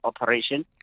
operation